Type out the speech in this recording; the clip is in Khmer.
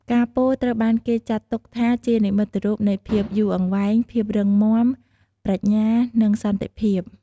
ផ្កាពោធិ៍ត្រូវបានគេចាត់ទុកថាជា និមិត្តរូបនៃភាពយូរអង្វែង ភាពរឹងមាំ ប្រាជ្ញា និងសន្តិភាព។